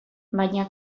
baina